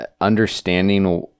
understanding